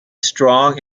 strong